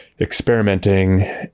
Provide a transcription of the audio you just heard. experimenting